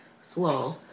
slow